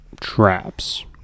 traps